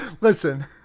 Listen